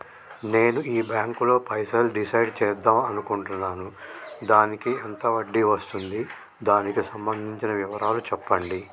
నేను ఈ బ్యాంకులో పైసలు డిసైడ్ చేద్దాం అనుకుంటున్నాను దానికి ఎంత వడ్డీ వస్తుంది దానికి సంబంధించిన వివరాలు చెప్పండి?